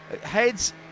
heads